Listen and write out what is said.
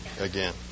again